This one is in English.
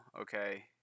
okay